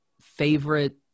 favorite